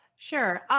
Sure